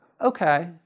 okay